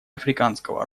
африканского